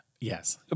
Yes